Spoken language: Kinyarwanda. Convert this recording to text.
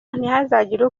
ntihazagire